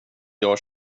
gör